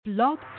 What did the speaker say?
Blog